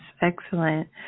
excellent